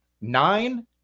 Nine